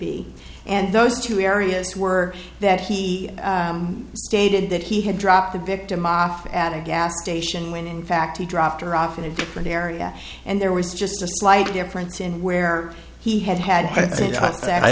be and those two areas were that he stated that he had dropped the victim offa at a gas station when in fact he dropped her off in a different area and there was just a slight difference in where he had had